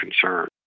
concern